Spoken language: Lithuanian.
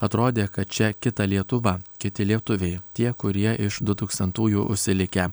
atrodė kad čia kita lietuva kiti lietuviai tie kurie iš dutūkstantųjų užsilikę